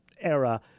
era